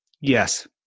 Yes